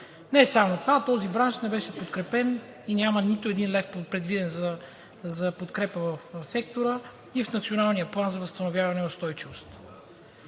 Не само това, този бранш не беше подкрепен и няма нито един лев, предвиден за подкрепа в сектора и в Националния план за възстановяване и устойчивост.